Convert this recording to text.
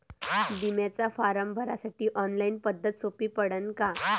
बिम्याचा फारम भरासाठी ऑनलाईन पद्धत सोपी पडन का?